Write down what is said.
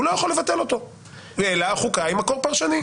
הוא לא יכול לבטל אותו אלא החוקה היא מקור פרשני.